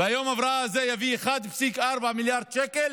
ויום ההבראה הזה יביא 1.4 מיליארד שקל,